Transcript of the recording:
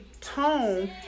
tone